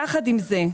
יחד עם זאת,